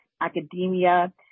academia